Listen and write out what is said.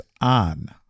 on